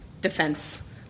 defense